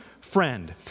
friend